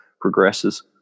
progresses